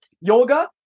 Yoga